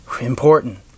important